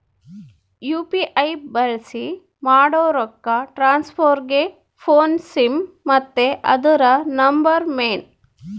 UPI ಬಳ್ಸಿ ಮಾಡೋ ರೊಕ್ಕ ಟ್ರಾನ್ಸ್ಫರ್ಗೆ ಫೋನ್ನ ಸಿಮ್ ಮತ್ತೆ ಅದುರ ನಂಬರ್ ಮೇನ್